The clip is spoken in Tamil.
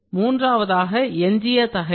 மூன்றாவதாக எஞ்சிய தகைவு